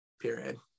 Period